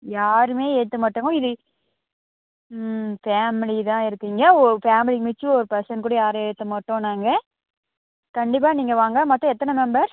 யாருமே ஏற்ற மாட்டோம்மா இது ம் ஃபேமிலி தான் இருக்கீங்க உ ஃபேமிலி மிச்ச ஒரு பர்சன் கூட யாரையும் ஏற்ற மாட்டோம் நாங்கள் கண்டிப்பாக நீங்கள் வாங்க மொத்தம் எத்தனை மெம்பர்ஸ்